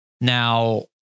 Now